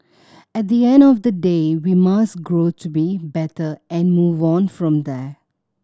at the end of the day we must grow to be better and move on from there